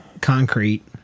concrete